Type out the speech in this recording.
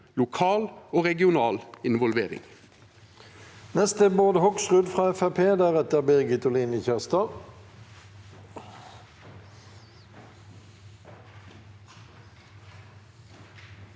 lokal og regional involvering.